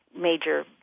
major